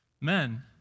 men